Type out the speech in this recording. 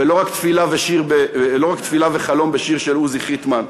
ולא רק תפילה וחלום בשיר של עוזי חיטמן.